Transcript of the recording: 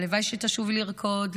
הלוואי שתשובי לרקוד,